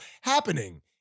happening